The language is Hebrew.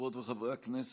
חברות וחברי הכנסת,